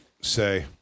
say